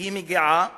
והיא מגיעה